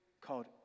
called